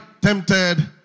tempted